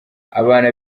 abana